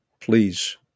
please